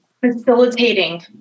facilitating